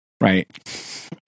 right